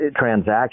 transaction